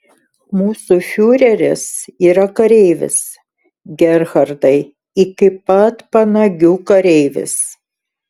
mūsų fiureris yra kareivis gerhardai iki pat panagių kareivis